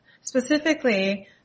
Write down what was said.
specifically